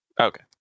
Okay